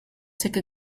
take